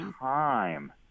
time